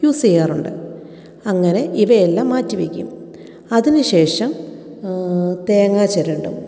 use ചെയ്യാറുണ്ട് അങ്ങനെ ഇവയെല്ലാം മാറ്റിവെക്കും അതിനു ശേഷം തേങ്ങ ചിരണ്ടും